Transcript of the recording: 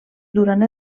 durant